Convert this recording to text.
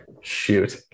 shoot